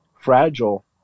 fragile